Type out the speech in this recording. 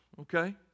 okay